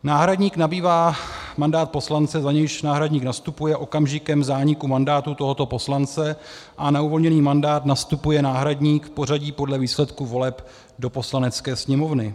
Náhradník nabývá mandát poslance, za nějž náhradník nastupuje okamžikem zániku mandátu tohoto poslance, a na uvolněný mandát nastupuje náhradník v pořadí podle výsledků voleb do Poslanecké sněmovny.